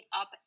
up